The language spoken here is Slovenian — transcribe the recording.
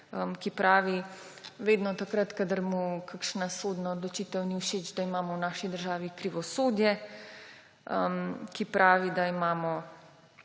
ki pravi vedno takrat, kadar mu kakšna sodna odločitev ni všeč, da imamo v naši državi krivosodje, ki pravi, da imamo